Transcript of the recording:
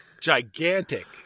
Gigantic